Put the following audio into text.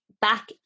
back